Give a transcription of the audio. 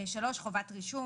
חובת רישום.